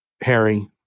Harry